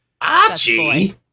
Archie